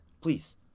please